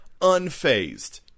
unfazed